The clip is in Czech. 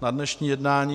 na dnešní jednání.